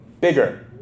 bigger